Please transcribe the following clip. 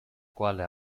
quale